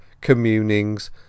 communings